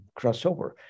crossover